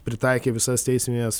pritaikė visas teisines